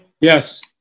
yes